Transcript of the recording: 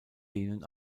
denen